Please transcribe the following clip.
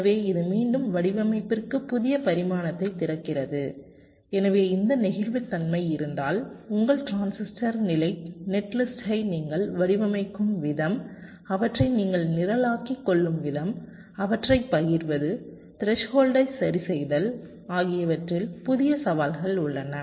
எனவே இது மீண்டும் வடிவமைப்பிற்கு புதிய பரிமாணத்தைத் திறக்கிறது எனவே இந்த நெகிழ்வுத்தன்மை இருந்தால் உங்கள் டிரான்சிஸ்டர் நிலை நெட்லிஸ்ட்டை நீங்கள் வடிவமைக்கும் விதம் அவற்றை நீங்கள் நிரலாக்கிக் கொள்ளும் விதம் அவற்றைப் பகிர்வது த்ரெஸ்ஹோல்டை சரிசெய்தல் ஆகியவற்றில் புதிய சவால்கள் உள்ளன